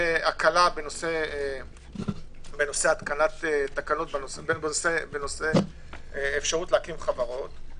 והקלה בנושא התקנת תקנות בנושא אפשרות להקים חברות.